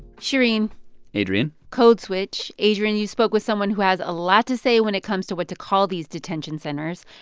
shereen adrian code switch. adrian, you spoke with someone who has a lot to say when it comes to what to call these detention centers.